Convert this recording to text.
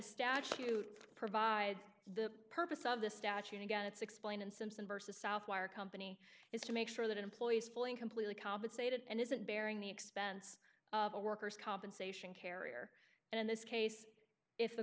statute provides the purpose of the statute again it's explained in simpson versus south wire company is to make sure that employees feeling completely compensated and isn't bearing the expense of a worker's compensation carrier and in this case if the